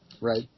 right